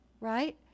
right